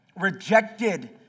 rejected